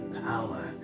power